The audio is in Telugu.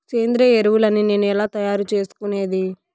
సేంద్రియ ఎరువులని నేను ఎలా తయారు చేసుకునేది?